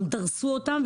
גם דרסו אותם,